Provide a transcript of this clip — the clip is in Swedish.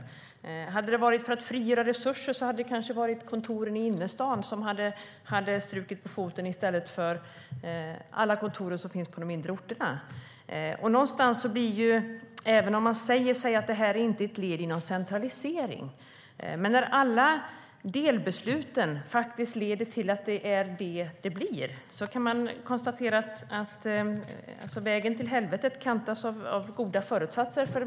Om anledningen hade varit att frigöra resurser hade kanske kontoren i innerstan strukit på foten i stället för alla kontor på de mindre orterna. Även om man säger att det inte är ett led i en centralisering leder alla delbeslut till det. Jag kan konstatera att vägen till helvetet för det mesta kantas av goda föresatser.